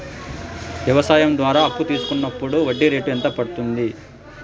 వ్యవసాయం ద్వారా అప్పు తీసుకున్నప్పుడు వడ్డీ రేటు ఎంత పడ్తుంది